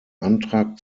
antrag